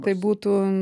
tai būtų